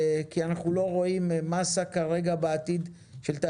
כי אנחנו לא רואים כרגע מאסה של תיירות